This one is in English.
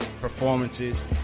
performances